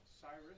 Cyrus